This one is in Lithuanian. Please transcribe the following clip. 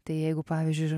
tai jeigu pavyzdžiui